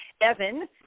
Evan